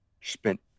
spent